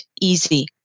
easy